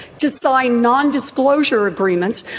to sign non-disclosure agreements,